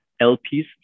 LPs